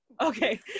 Okay